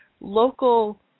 local